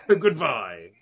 Goodbye